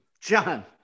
John